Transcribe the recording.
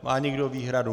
Má někdo výhradu?